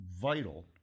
vital